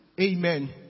Amen